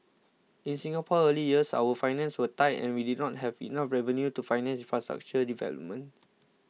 in Singapore's early years our finances were tight and we did not have enough revenue to finance infrastructure development